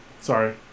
Sorry